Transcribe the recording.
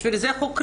בשביל זה חוקרים.